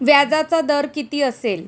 व्याजाचा दर किती असेल?